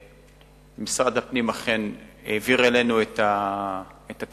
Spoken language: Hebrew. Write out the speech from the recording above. משרד הפנים אכן העביר אלינו את התקנות,